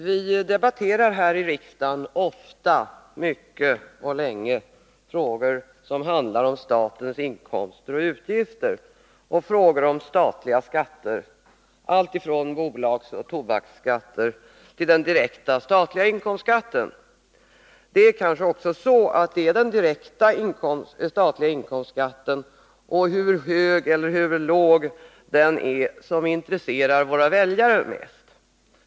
Fru talman! Vi debatterar här i riksdagen ofta, mycket och länge frågor om statens inkomster och utgifter och frågor om statliga skatter, alltifrån bolagsoch tobaksskatter till den direkta statliga inkomstskatten. Det är kanske också så att det är den direkta statliga inkomstskatten, hur hög eller låg den är, som intresserar våra väljare mest.